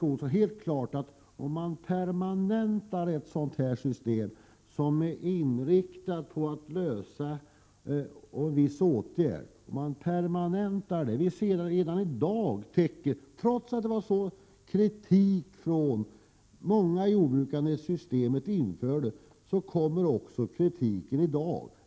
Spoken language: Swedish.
Om man permanentar ett system som införts tillfälligt för att lösa ett problem får man räkna med kritik. Många jordbrukare kritiserade systemet när det infördes. Samma kritik framförs i dag.